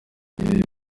igihe